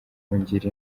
kungira